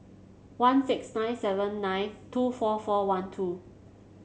one six nine seven nine two four four one two